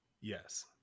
Yes